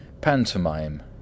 Pantomime